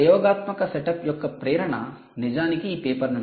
ఈ ప్రయోగాత్మక సెటప్ యొక్క ప్రేరణ నిజానికి ఈ పేపర్